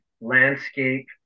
landscape